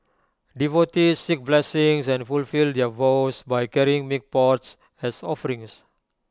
devotees seek blessings and fulfil their vows by carrying milk pots as offerings